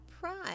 pride